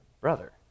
brother